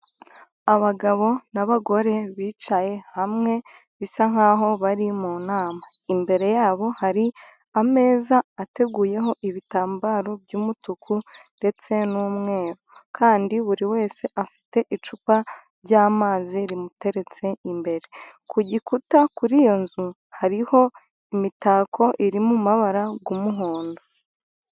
Abagabo n'abagore bicaye hamwe ,bisa nk'aho bari mu nama. Imbere yabo hari ameza ateguyeho ibitambaro by'umutuku ndetse n'umweru. Kandi buri wese afite icupa ryamazi rimuteretse imbere. Ku gikuta kuri iyo nzu hariho imitako iri mu mabara y'umuhondo.